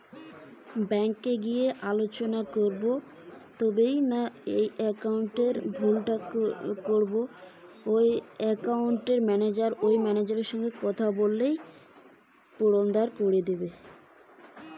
আমার একাউন্ট থেকে ভুল একাউন্টে টাকা চলে গেছে কি করে পুনরুদ্ধার করবো?